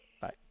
Bye